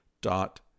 dot